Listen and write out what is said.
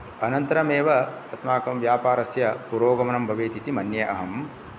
अनन्तरमेव अस्माकं व्यापारस्य पूरोगमनं भवेत् इति मन्ये अहम्